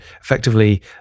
effectively